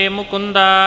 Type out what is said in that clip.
Mukunda